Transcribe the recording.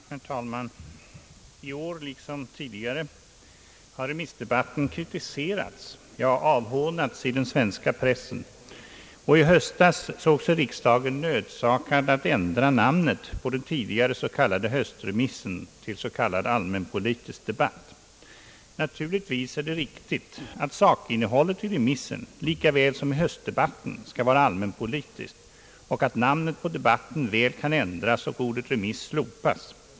Herr talman! I år liksom tidigare har remissdebatten kritiserats, ja avhånats i den svenska pressen. Och i höstas såg sig riksdagen nödsakad att ändra namnet på den tidigare s.k. höstremissen till s.k. allmänpolitisk debatt. Naturligtvis är det riktigt att sakinnehållet i remissen likaväl som i höstdebatten skall vara allmänpolitiskt och att namnet på debatten väl kan ändras och ordet remiss slopas.